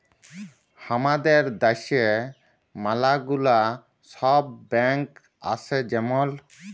হামাদের দ্যাশে ম্যালা গুলা সব ব্যাঙ্ক আসে যেমল